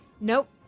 Nope